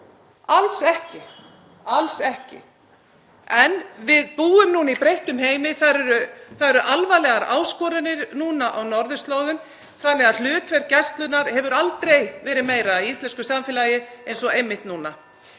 ríkisins, alls ekki. Við búum nú í breyttum heimi. Þar eru alvarlegar áskoranir núna á norðurslóðum þannig að hlutverk Gæslunnar hefur aldrei verið meira í íslensku samfélagi eins og einmitt núna.